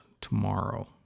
tomorrow